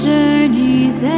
Journeys